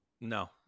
No